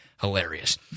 hilarious